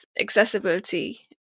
accessibility